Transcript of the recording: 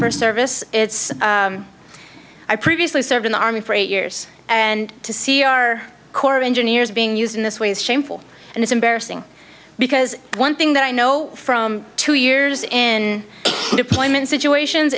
first service i previously served in the army for eight years and to see our core of engineers being used in this way is shameful and it's embarrassing because one thing that i know from two years in deployment situations